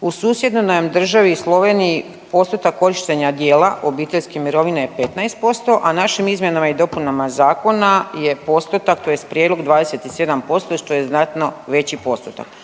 U susjednoj nam državi Sloveniji postotak korištenja dijela obiteljske mirovine je 15%, a našim izmjenama i dopunama zakona je postotak, tj. prijedlog 27% što je znatno veći postotak.